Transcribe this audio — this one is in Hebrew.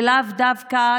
ולאו דווקא,